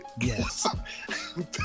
Yes